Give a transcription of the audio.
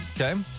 Okay